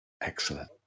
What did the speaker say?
Excellent